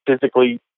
physically